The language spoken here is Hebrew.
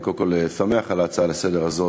אני קודם כול שמח על ההצעה לסדר הזאת.